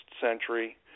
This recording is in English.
century